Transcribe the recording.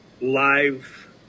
live